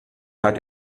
hat